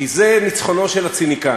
כי זה ניצחונו של הציניקן,